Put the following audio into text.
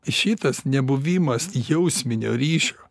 šitas nebuvimas jausminio ryšio